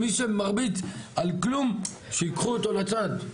מי שמרביץ על כלום שייקחו אותו לצד.